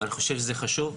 ואני חושב שזה חשוב.